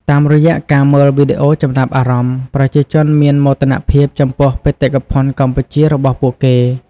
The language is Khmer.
តាមរយៈការមើលវីដេអូចំណាប់អារម្មណ៍ ប្រជាជនមានមោទនភាពចំពោះបេតិកភណ្ឌកម្ពុជារបស់ពួកគេ។